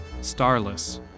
starless